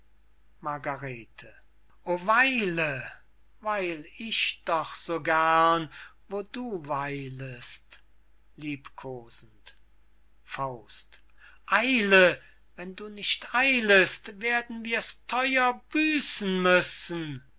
margarete o weile weil ich doch so gern wo du weilest liebkosend eile wenn du nicht eilest werden wir's theuer büßen müssen